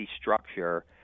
structure